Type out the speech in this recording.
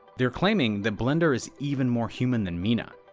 they're claiming that blender is even more human than meena,